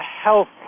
health